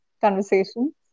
conversation